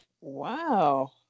Wow